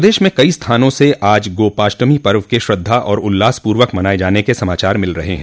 प्रदेश में कई स्थानों से आज गोपाष्टमी पर्व के श्रद्वा और उल्लासपूर्वक मनाये जाने के समाचार मिल रहे हैं